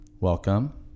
Welcome